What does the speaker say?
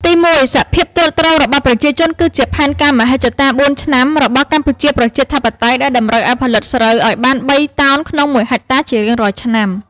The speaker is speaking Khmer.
ទីមួយ សភាពទ្រុឌទ្រោមរបស់ប្រជាជន គឺជាផែនការមហិច្ឆតា "បួនឆ្នាំ" របស់កម្ពុជាប្រជាធិបតេយ្យដែលតម្រូវឱ្យផលិតស្រូវឱ្យបាន ៣ តោនក្នុងមួយហិកតាជារៀងរាល់ឆ្នាំ។